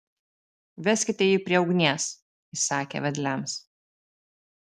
veskite jį prie ugnies įsakė vedliams